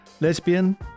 Lesbian